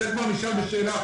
את זה כבר נשאל בשאלה אחת.